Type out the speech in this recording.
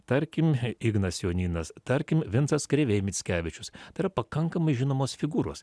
tarkim ignas jonynas tarkim vincas krėvė mickevičius tai yra pakankamai žinomos figūros